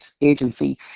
agency